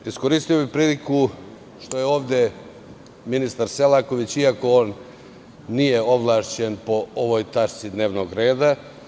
Iskoristio bih priliku to što je ovde ministar Selaković, iako on nije ovlašćen po ovoj tački dnevnog reda.